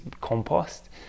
compost